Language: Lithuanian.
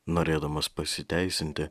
norėdamas pasiteisinti